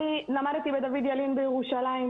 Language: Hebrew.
אני למדתי בדוד ילין בירושלים.